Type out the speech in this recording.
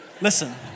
Listen